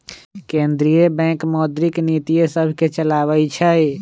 केंद्रीय बैंक मौद्रिक नीतिय सभके चलाबइ छइ